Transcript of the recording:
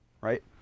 right